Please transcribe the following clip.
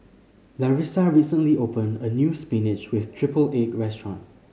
Larissa recently opened a new spinach with triple egg restaurant